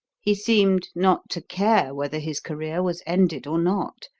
he seemed not to care whether his career was ended or not,